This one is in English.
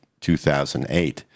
2008